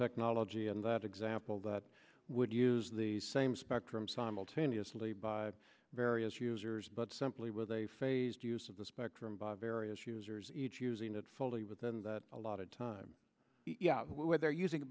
technology in that example that would use the same spectrum simultaneously by various users but simply with a phased use of the spectrum by various users each using it fully within the allotted time where they're using it